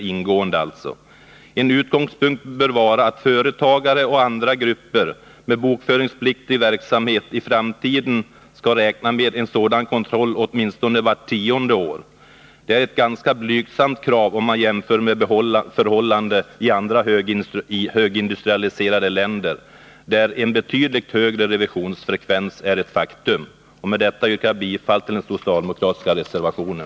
En utgångspunkt bör vara att företagare och andra grupper med bokföringspliktig verksamhet i framtiden har att räkna med sådan kontroll åtminstone vart tionde år. Det är ett ganska blygsamt krav om man jämför med förhållandena i andra högindustrialiserade länder, där en betydligt högre revisionsfrekvens är ett faktum. Med detta yrkar jag bifall till den socialdemokratiska reservationen.